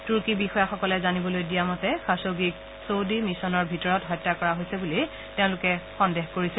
তুৰ্কী বিষয়াসকলে জানিবলৈ দিয়া মতে খায়োগিক চৌদি মিছনৰ ভিতৰত হত্যা কৰা হৈছে বুলি তেওঁলোকে সন্দেহ কৰিছে